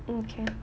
okay